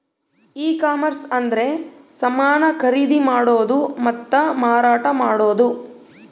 ಈ ಕಾಮರ್ಸ ಅಂದ್ರೆ ಸಮಾನ ಖರೀದಿ ಮಾಡೋದು ಮತ್ತ ಮಾರಾಟ ಮಾಡೋದು